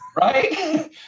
right